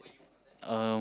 um